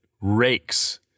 rakes